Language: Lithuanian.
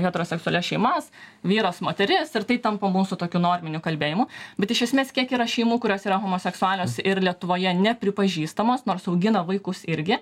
heteroseksualias šeimas vyras moteris ir tai tampa mūsų tokiu norminiu kalbėjimu bet iš esmės kiek yra šeimų kurios yra homoseksualios ir lietuvoje nepripažįstamos nors augina vaikus irgi